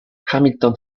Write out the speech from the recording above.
hamilton